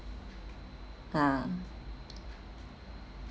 ha